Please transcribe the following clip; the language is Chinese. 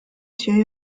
学院